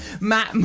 Matt